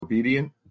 Obedient